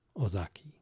Ozaki